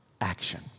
action